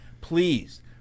Please